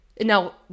Now